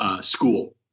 school